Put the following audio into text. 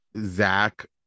Zach